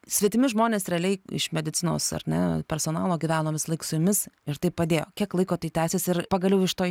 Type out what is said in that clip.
svetimi žmonės realiai iš medicinos ar ne personalo gyveno visąlaik su jumis ir taip padėjo kiek laiko tai tęsėsi ir pagaliau iš to